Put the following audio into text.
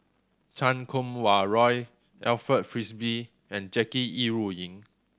Chan Kum Wah Roy Alfred Frisby and Jackie Yi Ru Ying